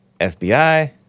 FBI